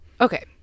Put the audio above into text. Okay